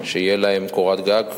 שתהיה להם קורת גג,